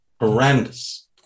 Horrendous